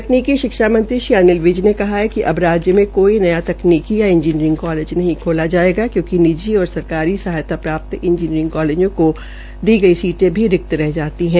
तकनीकी शिक्षा मंत्री अनिल विज ने कहा है कि अब राज्य में कोई नया तकनीकी या इंजीनियरिंग कालेज नहीं खोला जायेगा क्योंकि निजी और सरकारी सहायता प्राप्त इंजिनयरिंग कालेजों को दी गई सीटे भी रिक्त रह जाती है